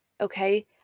Okay